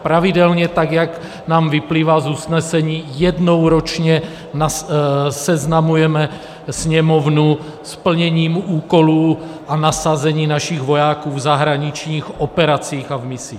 Pravidelně tak, jak nám vyplývá z usnesení, jednou ročně seznamujeme Sněmovnu s plněním úkolů a nasazením našich vojáků v zahraničních operacích a misích.